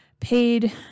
paid